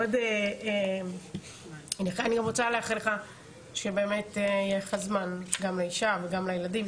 ואני גם רוצה לאחל לך שבאמת יהיה לך זמן גם לאישה וגם לילדים,